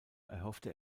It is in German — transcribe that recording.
erhoffte